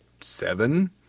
seven